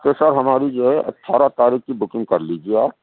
تو سر ہماری جو ہے اٹھارہ تاریخ کی بکنگ کر لجیے آپ